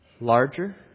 Larger